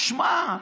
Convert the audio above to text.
שמע,